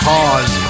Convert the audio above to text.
Pause